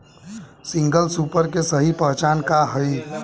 Single super के सही पहचान का हई?